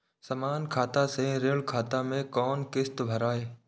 समान खाता से ऋण खाता मैं कोना किस्त भैर?